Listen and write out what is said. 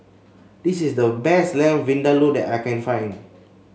this is the best Lamb Vindaloo that I can find